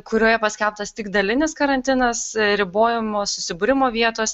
kurioje paskelbtas tik dalinis karantinas ribojamos susibūrimo vietos